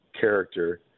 character